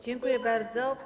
Dziękuję bardzo.